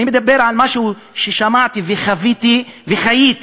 אני מדבר על משהו ששמעתי וחוויתי וחייתי,